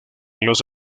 los